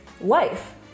life